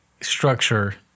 structure